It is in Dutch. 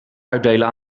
uitdelen